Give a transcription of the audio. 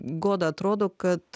goda atrodo kad